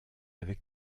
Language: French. avec